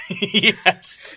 Yes